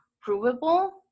provable